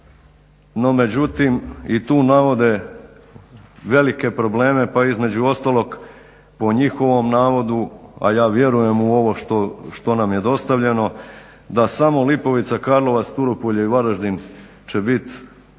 no međutim i tu navode velike probleme pa između ostalog po njihovom navodu a ja vjerujem u ovo što nam je dostavljeno da samo Lipovica, Karlovac, Turopolje i Varaždin će biti